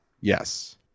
yes